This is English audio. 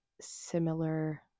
similar